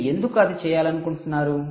మీరు ఎందుకు అది చేయాలనుకుంటున్నారు